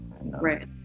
Right